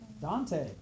Dante